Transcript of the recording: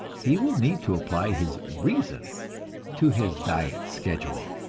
he will need to apply his reason to his diet schedule.